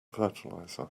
fertilizer